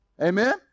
Amen